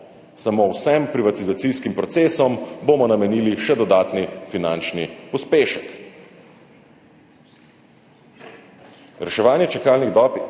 Samo vsem privatizacijskim procesom bomo namenili še dodatni finančni pospešek. Reševanje čakalnih dob,